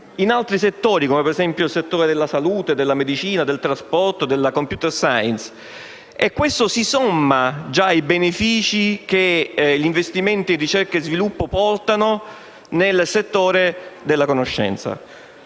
in altri settori come, ad esempio, i settori della salute, della medicina, del trasporto e della *computer* *science*. Questo si somma ai benefici che gli investimenti in ricerca e sviluppo già portano nel settore della conoscenza.